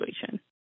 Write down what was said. situation